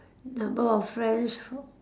number of friends